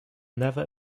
never